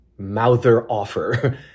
mouther-offer